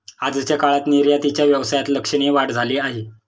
आजच्या काळात निर्यातीच्या व्यवसायात लक्षणीय वाढ झाली आहे